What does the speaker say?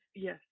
Yes